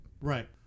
right